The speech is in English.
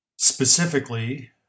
Specifically